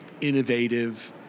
innovative